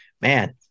man